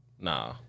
Nah